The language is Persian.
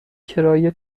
کرایه